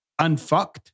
Unfucked